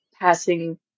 passing